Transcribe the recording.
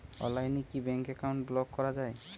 অনলাইনে কি bank account block করা য়ায়?